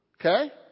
Okay